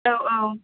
औ औ